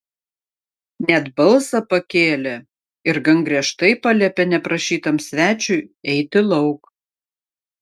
net balsą pakėlė ir gan griežtai paliepė neprašytam svečiui eiti lauk